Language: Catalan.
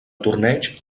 torneig